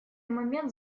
момент